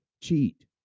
cheat